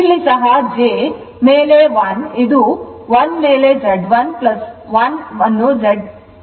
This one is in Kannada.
ಆದ್ದರಿಂದ ಇಲ್ಲಿ ಸಹ j ಮೇಲೆ 1 ಇದು 1 ಮೇಲೆ z 1 1 ಅನ್ನು z 2 ಮೇಲೆ 1 ಮಾಡಿ